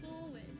forward